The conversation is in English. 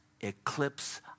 eclipse